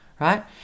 right